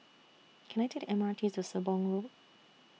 Can I Take M R T to Sembong Road